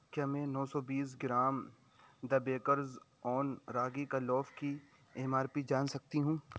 کیا میں نو سو بیس gram The Bakers Oven ragi کا لوف کی ایم آر پی جان سکتی ہوں